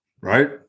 right